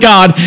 God